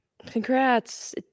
Congrats